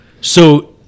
So-